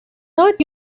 not